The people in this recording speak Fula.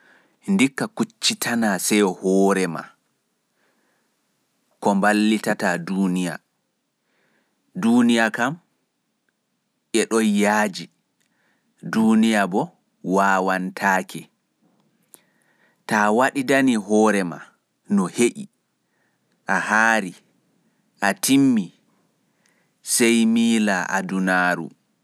Ndikka kuccitana seyo hore ma ko mballitata Duniyaaru.ta waɗidani hore ma no heƴi a hari a timmi sai mila adunaaru.